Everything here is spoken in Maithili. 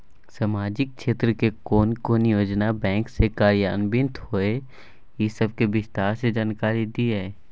सामाजिक क्षेत्र के कोन कोन योजना बैंक स कार्यान्वित होय इ सब के विस्तार स जानकारी दिय?